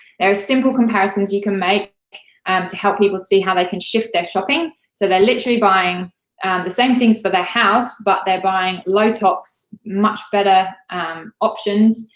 there are simple comparisons you can make and to help people see how they can shift their shopping, so they're literally buying and the same things for their house, but they're buying low-tox, much better options.